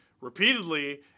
repeatedly